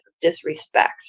disrespect